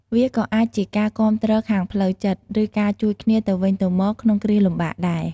វាក៏អាចជាការគាំទ្រខាងផ្លូវចិត្ត ឬការជួយគ្នាទៅវិញទៅមកក្នុងគ្រាលំបាកដែរ។